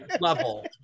level